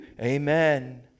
Amen